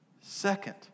second